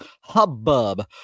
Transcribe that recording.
hubbub